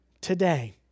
today